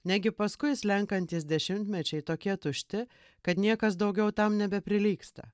negi paskui slenkantys dešimtmečiai tokie tušti kad niekas daugiau tam nebeprilygsta